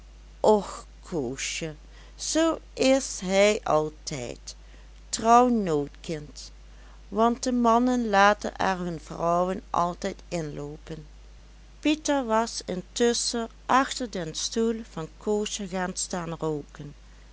och koosje zoo is hij altijd trouw nooit kind want de mannen laten er hun vrouwen altijd inloopen pieter was intusschen achter den stoel van koosje gaan staan rooken